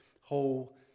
whole